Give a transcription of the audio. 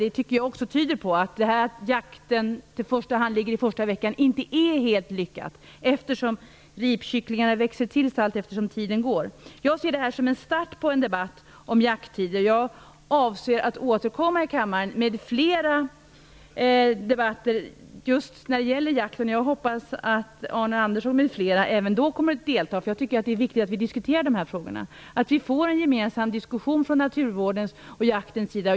Det tycker jag tyder på att detta med att jakten i första hand bedrivs den första veckan inte är helt lyckat. Ripkycklingarna växer ju till sig allt eftersom tiden går. Jag ser detta som en start på en debatt om jakttider. Jag avser att återkomma till kammaren med flera debatter om jakten. Jag hoppas att Arne Andersson m.fl. kommer att delta även då. Jag tycker att det är viktigt att vi diskuterar de här frågorna. Det är viktigt att vi får en gemensam diskussion från naturvårdens och jaktens sida.